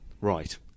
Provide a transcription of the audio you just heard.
right